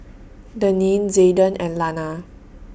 Deneen Zayden and Lana